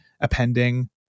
appending